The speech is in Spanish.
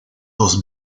dos